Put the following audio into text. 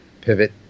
pivot